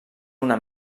una